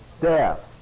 Death